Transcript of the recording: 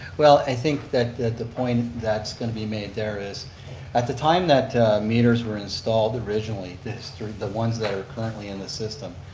well i think that the point that's going to be made there is at the time that meters were installed originally, the ones that are currently in the system,